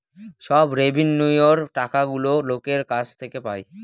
সব রেভিন্যুয়র টাকাগুলো লোকের কাছ থেকে পায়